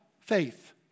faith